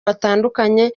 batandukanye